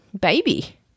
baby